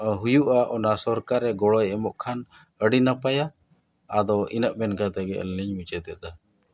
ᱦᱩᱭᱩᱜᱼᱟ ᱚᱱᱟ ᱥᱚᱨᱠᱟᱨ ᱜᱚᱲᱚᱭ ᱮᱢᱚᱜ ᱠᱷᱟᱱ ᱟᱹᱰᱤ ᱱᱟᱯᱟᱭᱟ ᱟᱫᱚ ᱤᱱᱟᱹᱜ ᱢᱮᱱ ᱠᱟᱛᱮᱫ ᱜᱮ ᱟᱹᱞᱤᱧ ᱞᱤᱧ ᱢᱩᱪᱟᱹᱫ ᱮᱫᱟ